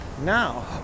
Now